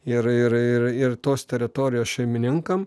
ir ir ir ir tos teritorijos šeimininkam